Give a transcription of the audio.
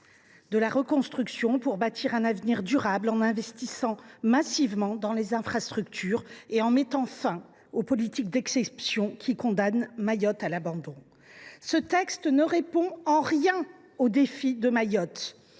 ; reconstruire, pour donner un avenir durable à Mayotte, en investissant massivement dans les infrastructures et en mettant fin aux politiques d’exception, qui condamnent l’île à l’abandon. Ce texte ne répond en rien aux défis auxquels Mayotte